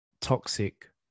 toxic